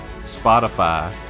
Spotify